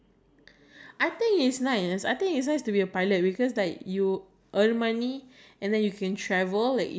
if people order order order and then you just keep on like cooking cooking cooking after they have loved you I think is nice or and then